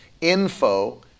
Info